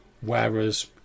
whereas